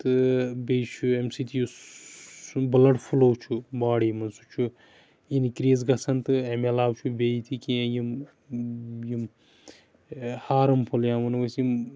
تہِ بیٚیہِ چھُ امہ سۭتۍ یُس بٕلَڈ فلو چھُ باڈِی منٛز سُہ چھُ اِنکرِیز گَژَھان تہٕ امہِ علاوٕ چھُ بیٚیہِ تہِ کینٛہہ یِم یِم ہارٕم فُل یا وَنو أسۍ یِم